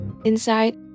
Inside